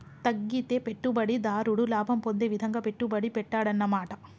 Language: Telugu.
తగ్గితే పెట్టుబడిదారుడు లాభం పొందే విధంగా పెట్టుబడి పెట్టాడన్నమాట